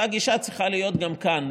אותה גישה צריכה להיות גם כאן.